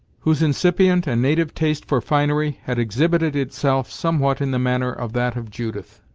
whose incipient and native taste for finery had exhibited itself somewhat in the manner of that of judith,